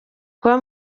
kuba